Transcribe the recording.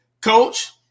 Coach